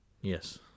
Yes